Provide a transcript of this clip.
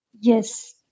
yes